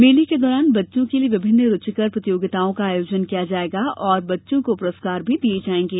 मेले के दौरान बच्चों के लिए विभिन्न रूचिकर प्रतियोगिताओं का आयोजन किया जायेगा और बच्चों को पुरस्कार भी दिये जायेंगे